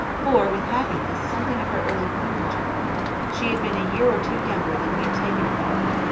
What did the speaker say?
for, with happiness, something of her early bloom returned she had been a year or two younger than we had taken her for.